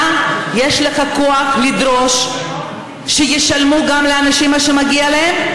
אתה, יש לך כוח לדרוש שישלמו לאנשים מה שמגיע להם.